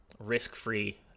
risk-free